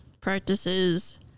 practices